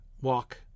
walk